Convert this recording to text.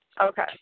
okay